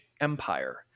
Empire